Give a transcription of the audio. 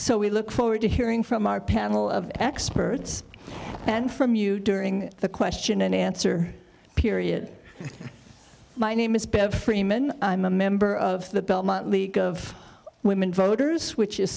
so we look forward to hearing from our panel of experts and from you during the question and answer period my name is bev freeman i'm a member of the belmont league of women voters which is